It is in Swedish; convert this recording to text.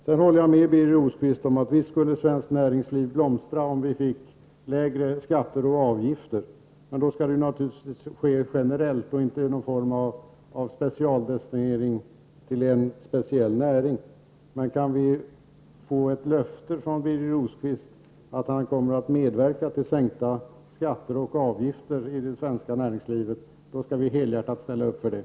Jag håller med Birger Rosqvist om att visst skulle svenskt näringsliv blomstra om vi fick lägre skatter och avgifter. Men det skall naturligtvis ske generellt, inte i form av någon specialdestinering till någon specialnäring. Kan vi få ett löfte från Birger Rosqvist om att han kommer att medverka till sänkta skatter och avgifter i det svenska näringslivet? I så fall skall vi helhjärtat ställa upp för det.